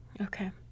Okay